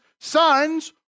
sons